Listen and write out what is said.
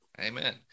amen